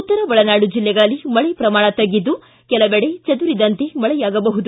ಉತ್ತರ ಒಳನಾಡು ಜಿಲ್ಲೆಗಳಲ್ಲಿ ಮಳೆ ಪ್ರಮಾಣ ತಗ್ಗಿದ್ದು ಕೆಲವೆಡೆ ಚದುರಿದಂತೆ ಮಳೆಯಾಗಬಹುದು